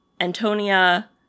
antonia